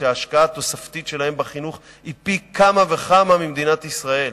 שההשקעה התוספתית שלהן בחינוך היא פי כמה וכמה ממדינת ישראל